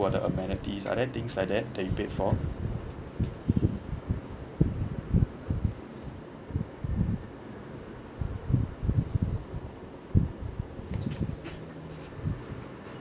or the amenities are there things like that that you paid for